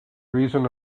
reason